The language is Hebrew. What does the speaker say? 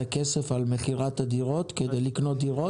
הכסף על מכירת הדירות כדי לקנות דירות?